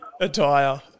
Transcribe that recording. attire